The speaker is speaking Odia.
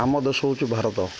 ଆମ ଦେଶ ହେଉଛି ଭାରତ